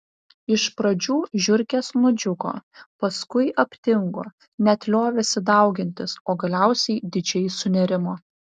iš pradžių žiurkės nudžiugo paskui aptingo net liovėsi daugintis o galiausiai didžiai sunerimo